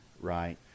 right